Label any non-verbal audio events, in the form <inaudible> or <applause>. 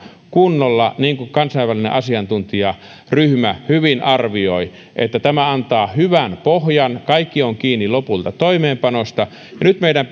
kunnolla niin kuin kansainvälinen asiantuntijaryhmä hyvin arvioi tämä antaa hyvän pohjan kaikki on kiinni lopulta toimeenpanosta ja nyt meidän <unintelligible>